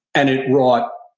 and it brought,